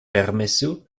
permesu